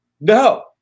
No